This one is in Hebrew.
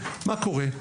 מה קורה?